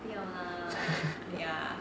ya ya